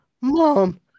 mom